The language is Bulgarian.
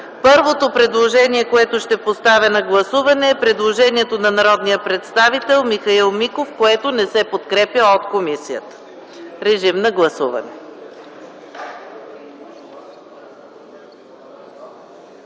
Първото предложение, което ще поставя на гласуване, е на народния представител Михаил Миков, което не се подкрепя от комисията. Гласували